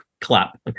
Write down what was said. clap